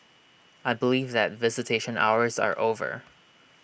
I believe that visitation hours are over